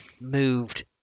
moved